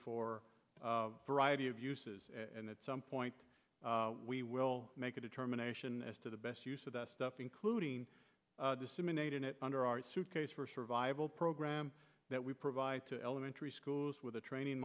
for variety of uses and at some point we will make a determination as to the best use of the stuff including disseminated under our suitcase for survival program that we provide to elementary schools with a training